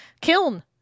Kiln